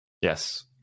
Yes